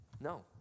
No